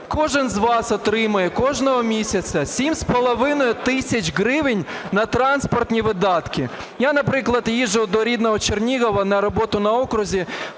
Кожен з вас отримує кожного місяця 7,5 тисяч гривень на транспортні видатки. Я, наприклад, їжджу до рідного Чернігова на роботу на окрузі